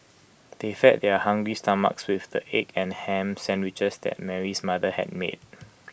they fed their hungry stomachs with the egg and Ham Sandwiches that Mary's mother had made